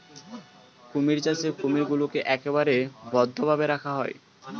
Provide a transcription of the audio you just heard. কুমির চাষে কুমিরগুলোকে একেবারে বদ্ধ ভাবে রাখা হয়